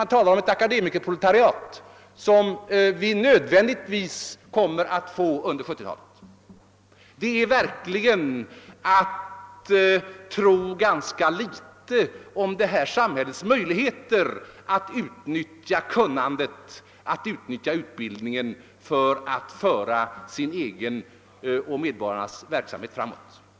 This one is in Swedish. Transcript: Man talar i dessa tidningar om att vi med nödvändighet kommer att få ett akademiskt proletariat under 1970-talet, och det är verkligen att tro ganska litet om vårt samhälles möjligheter att utnyttja utbildningen och kunnandet för att föra sin egen och medborgarnas verksamhet framåt.